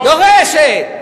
יורשת.